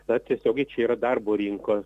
tad tiesioigiai čia yra darbo rinkos